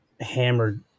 hammered